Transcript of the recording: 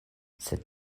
sed